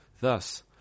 Thus